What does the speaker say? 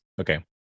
okay